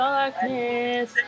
Darkness